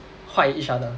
坏 each other